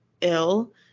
ill